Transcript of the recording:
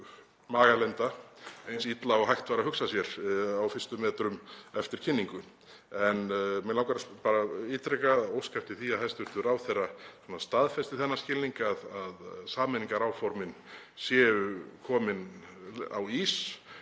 magalenda eins illa og hægt var að hugsa sér á fyrstu metrum eftir kynningu. Mig langar að óska eftir því að hæstv. ráðherra staðfesti þennan skilning, að sameiningaráformin séu komin á ís.